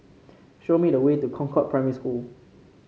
show me the way to Concord Primary School